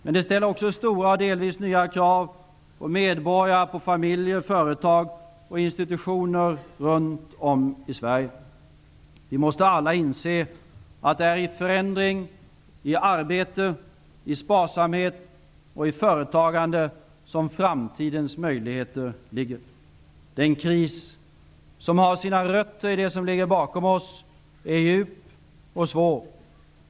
Men det gäller också medborgare, familjer, företag och institutioner runt om i Sverige. Vi måste alla inse att det är i förändring, i arbete, i sparsamhet och i företagande som framtidens möjligheter ligger. Den kris som har sina rötter i det som ligger bakom oss är djup och svår.